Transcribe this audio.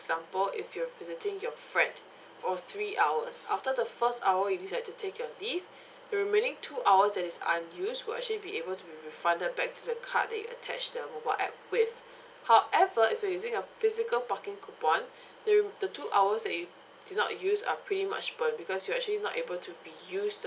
example if you are visiting your friend for three hours after the first hour you need to like to take your leave the remaining two hours that is unused will actually be able to be refunded back to the card that you attach the mobile app with however if you are using a physical parking coupon yo~ the two hours that you did not use are pretty much burned because you are actually not able to be reuse th~